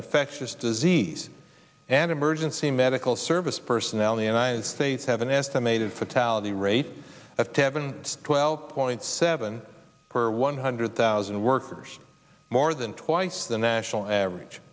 infectious disease and emergency medical service personnel in the united states have an estimated fatality rate of temp and twelve point seven per one hundred thousand workers more than twice the national average